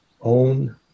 own